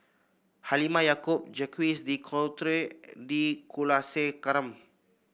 Halimah Yacob Jacques De Coutre T Kulasekaram